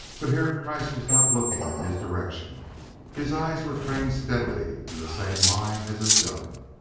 but herr kreiss was not looking in his direction his eyes were trained steadily in the same line as his gun.